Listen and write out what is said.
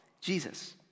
Jesus